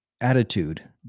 Attitude